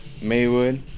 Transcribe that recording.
Maywood